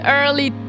early